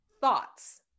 thoughts